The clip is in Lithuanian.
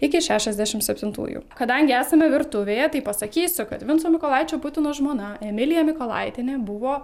iki šešiasdešim septintųjų kadangi esame virtuvėje tai pasakysiu kad vinco mykolaičio putino žmona emilija mykolaitienė buvo